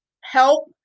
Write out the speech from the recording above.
help